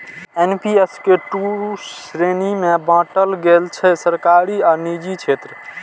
NPS कें दू श्रेणी मे बांटल गेल छै, सरकारी आ निजी क्षेत्र